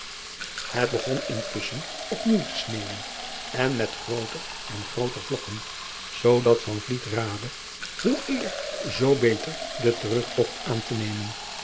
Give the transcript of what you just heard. et begon intusschen op nieuw te sneeuwen en met grooter en grooter vlokken zoodat raadde om hoe eer zoo beter den terugtogt aan te nemen